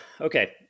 Okay